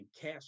cash